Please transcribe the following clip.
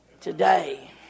today